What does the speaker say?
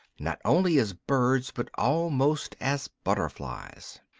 not only as birds, but almost as butterflies.